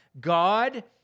God